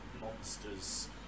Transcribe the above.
monsters